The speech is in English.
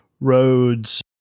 roads